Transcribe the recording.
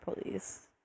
police